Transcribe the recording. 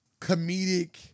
comedic